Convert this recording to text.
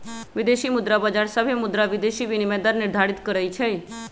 विदेशी मुद्रा बाजार सभे मुद्रा विदेशी विनिमय दर निर्धारित करई छई